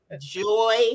Joy